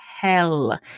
hell